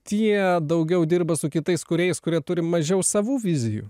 tie daugiau dirba su kitais kūrėjais kurie turi mažiau savų vizijų